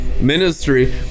ministry